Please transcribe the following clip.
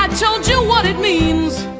but so and you what it means